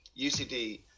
ucd